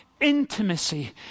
intimacy